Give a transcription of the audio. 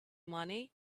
money